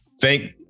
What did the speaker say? Thank